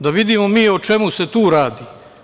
Da vidimo mi o čemu se tu radi.